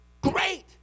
great